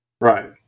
right